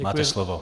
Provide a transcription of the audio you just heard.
Máte slovo.